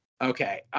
Okay